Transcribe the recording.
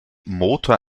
motor